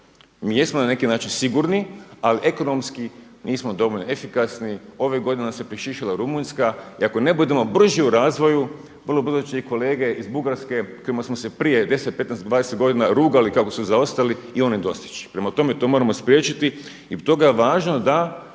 mi jesmo na neki način sigurni, ali ekonomski nismo dovoljno efikasni. Ove godine nas je prešišala Rumunjska i ako ne budemo brži u razvoju vrlo brzo će i kolege iz Bugarske kojima smo se prije 10, 15, 20 godina rugali kako su zaostali i oni dostići. Prema tome, to moramo spriječiti i zbog toga je važno da